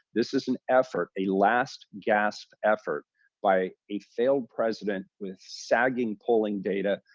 this is an effort a last gasp effort by a failed president with sagging polling data,